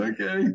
Okay